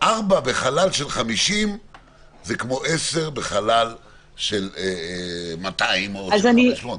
ארבעה בחלל של 50 מ"ר זה כמו 10 בחלל של 200 או 500 מ"ר.